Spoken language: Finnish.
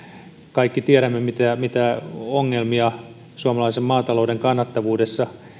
kaikki tiedämme mitä mitä ongelmia suomalaisen maatalouden kannattavuudessa